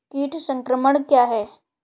कीट संक्रमण क्या है?